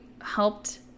helped